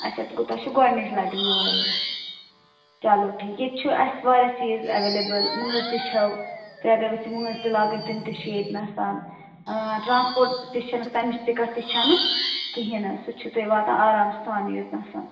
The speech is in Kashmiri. اَچھا تہٕ گوٚو تۄہہِ چھُ گۄڈٕنِچ لَٹہِ یور یُن چلو ٹھیٖک ییٚتہِ چھِ اَسہِ واریاہ چیٖز اٮ۪وٮ۪لیبٕل مٲنٛز تہِ چھَو تُہۍ اَگر یژھِو مٲنٛز تہِ لاگٕنۍ تِم تہِ چھِ ییٚتہِ نَسَن ٹرٛانٛسپوٹ تہِ چھِنہٕ تمٕچ دِقعت تہِ چھَنہٕ کِہیٖنۍ حظ سُہ چھِ تُہۍ واتان آرام سان یوٚت نَسَن